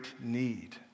need